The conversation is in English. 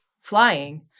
flying